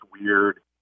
weird